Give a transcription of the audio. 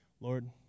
Lord